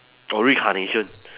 or reincarnation